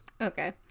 Okay